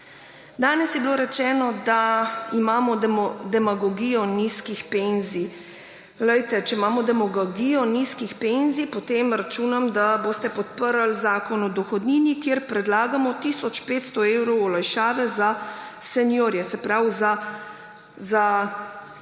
Danes je bilo rečeno, da imamo demagogijo nizkih penzij. Če imamo demagogijo nizkih penzij, potem računam, da boste podprli Zakon o dohodnini, kjer predlagamo tisoč 500 evrov olajšave za seniorje, se pravi za upokojence.